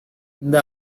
இந்த